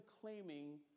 claiming